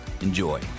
Enjoy